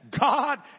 God